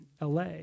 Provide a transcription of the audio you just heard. LA